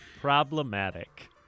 Problematic